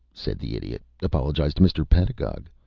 said the idiot. apologize to mr. pedagog.